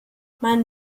man